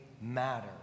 matter